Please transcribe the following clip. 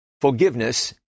Forgiveness